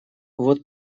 вот